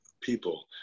people